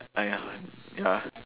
!aiya! ya